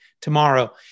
tomorrow